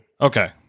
Okay